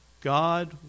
God